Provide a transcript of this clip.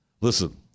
listen